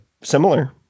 similar